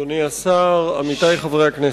אדוני השר, עמיתי חברי הכנסת,